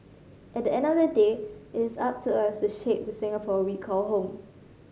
at the end of the day it is up to us to shape the Singapore we call home